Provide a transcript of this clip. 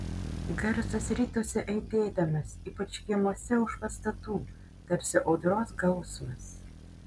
garsas ritosi aidėdamas ypač kiemuose už pastatų tarsi audros gausmas